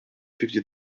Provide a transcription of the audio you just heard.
fifty